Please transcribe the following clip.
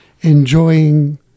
enjoying